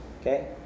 okay